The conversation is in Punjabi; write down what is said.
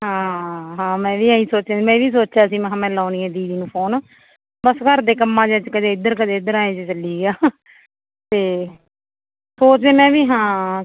ਹਾਂ ਹਾਂ ਮੈਂ ਵੀ ਇਹੀ ਸੋਚਿਆ ਸੀ ਮੈਂ ਵੀ ਸੋਚਿਆ ਸੀ ਮੈਂ ਖਾਂ ਮੈਂ ਲਾਉਂਦੀ ਐ ਦੀਦੀ ਨੂੰ ਫੋਨ ਬਸ ਘਰ ਦੇ ਕੰਮਾਂ ਜਿਆਂ 'ਚ ਕਦੇ ਇੱਧਰ ਕਦੇ ਇੱਧਰ ਆਂਏ ਜਿਹੇ ਚੱਲੀ ਗਿਆ ਅਤੇ ਸੋਚਦੇ ਮੈਂ ਵੀ ਹਾਂ